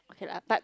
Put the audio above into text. okay lah but